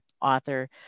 author